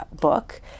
book